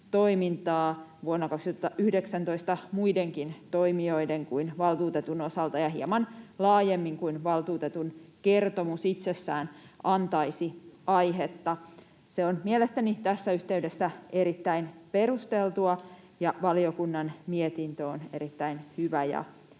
vuonna 2019 muidenkin toimijoiden kuin valtuutetun osalta ja hieman laajemmin kuin valtuutetun kertomus itsessään antaisi aihetta. Se on mielestäni tässä yhteydessä erittäin perusteltua, ja valiokunnan mietintö on erittäin hyvä ja